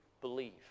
believe